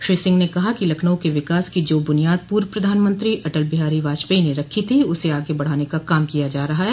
श्री सिंह ने कहा कि लखनऊ के विकास की जो बुनियाद पूर्व प्रधानमंत्री अटल बिहारी बाजपेयी ने रखी थी उसे आगे बढ़ाने का काम किया जा रहा है